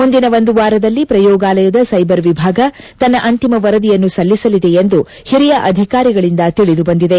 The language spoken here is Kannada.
ಮುಂದಿನ ಒಂದು ವಾರದಲ್ಲಿ ಪ್ರಯೋಗಾಲಯದ ಸೈಬರ್ ವಿಭಾಗ ತನ್ನ ಅಂತಿಮ ವರದಿಯನ್ನು ಸಲ್ಲಿಸಲಿದೆ ಎಂದು ಹಿರಿಯ ಅಧಿಕಾರಿಗಳಿಂದ ತಿಳಿದುಬಂದಿದೆ